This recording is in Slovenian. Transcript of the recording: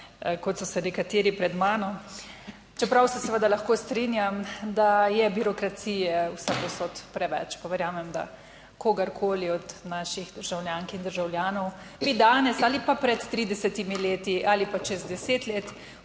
kot so se nekateri pred mano, čeprav se seveda lahko strinjam, da je birokracije vsepovsod preveč, pa verjamem, da kogarkoli od naših državljank in državljanov bi danes ali pa pred 30 leti ali pa čez deset